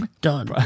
Done